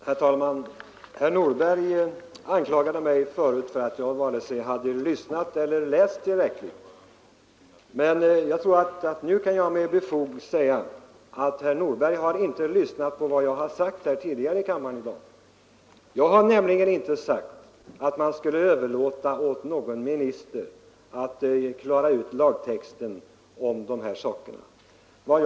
Herr talman! Herr Nordberg anklagade förut mig för att varken ha lyssnat eller läst tillräckligt. Men jag tror att jag nu med fog kan säga att herr Nordberg inte har lyssnat på vad jag har sagt tidigare i dag i kammaren. Jag har nämligen inte sagt att man skulle överlåta åt någon minister att fatta beslut om lagtexten i dessa frågor.